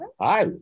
Hi